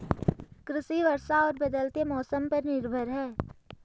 कृषि वर्षा और बदलते मौसम पर निर्भर है